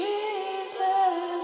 Jesus